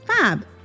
fab